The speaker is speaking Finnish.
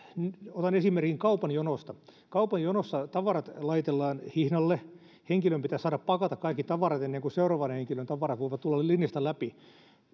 otan esimerkin kaupan jonosta kaupan jonossa tavarat lajitellaan hihnalle henkilön pitää saada pakata kaikki tavarat ennen kuin seuraavan henkilön tavarat voivat tulla linjasta läpi